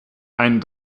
einen